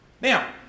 Now